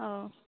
औ